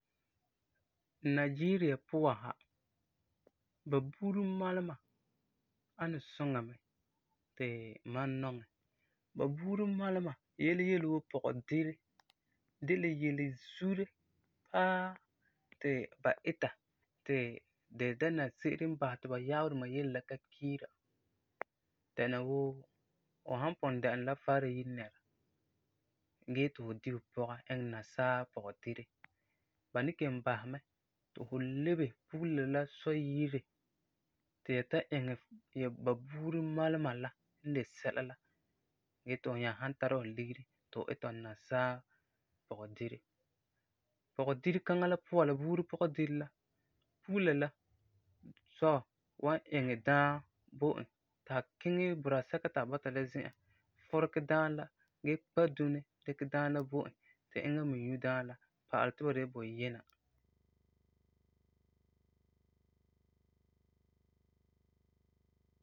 Nigeria puan sa, ba buuri malema ani suŋa mɛ ti mam nɔŋɛ. Ba buuri malema, yele yele wuu pɔgedire de la yelezure paa ti ba ita ti di dɛna se'ere n basɛ ti ba yaabeduma yele la ka kiira dɛna wuu fu san pugum dɛna la faara yire nɛra gee yeti fu di fu pɔga iŋɛ nasaa pɔgedire, ba ni kelum basɛ mɛ ti fu lebe pugela la sɔ yire ti ya ta iŋɛ ya, ba buuri malema la n de sɛla la, gee ti fu nyaa san tara fu ligeri ti fu ita fu nasaa pɔgedire. Pɔgedire kaŋa la puan la, buuri pɔgedire la, pugela la sɔ wan iŋɛ daam bo e, ti a kiŋɛ budasɛka ti a bɔta la zi'an, furegɛ daam la gee kpa dune, dikɛ daam la bo e ti eŋa me nyu daam la, pa'alɛ ti ba de la buyina.